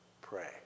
pray